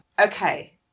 Okay